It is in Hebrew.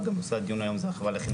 וגם נושא הדיון היום זה החברה לחינוך ימי.